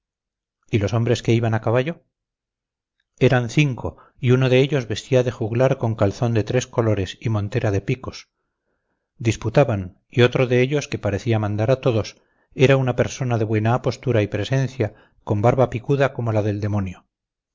y los hombres que iban a caballo eran cinco y uno de ellos vestía de juglar con calzón de tres colores y montera de picos disputaban y otro de ellos que parecía mandar a todos era una persona de buena apostura y presencia con barba picuda como la del demonio